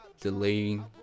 delaying